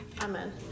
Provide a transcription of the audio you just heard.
Amen